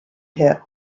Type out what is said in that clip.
hit